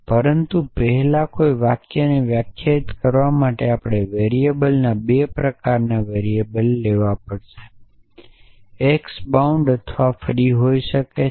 પરંતુ પહેલા કોઈ વાક્યને વ્યાખ્યાયિત કરવા માટે આપણે વેરીએબલોને બે પ્રકારનાં વેરીએબલમાં લેવા પડશે એક્સ બાઉન્ડ અથવા ફ્રી હોઈ શકે છે